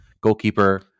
Goalkeeper